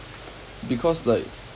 because like